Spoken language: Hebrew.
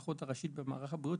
האחות הראשית במערך הבריאות.